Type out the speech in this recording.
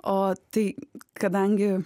o tai kadangi